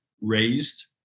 raised